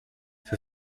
für